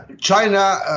China